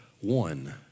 one